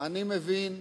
אני מבין,